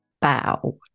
Bow